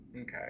Okay